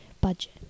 budget